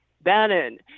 Bannon